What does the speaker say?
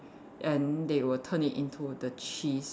and they will turn it into the cheese